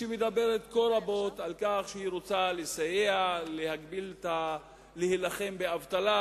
שמדברת כה רבות על כך שהיא רוצה לסייע להילחם באבטלה,